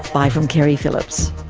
bye from keri phillips